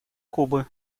кубы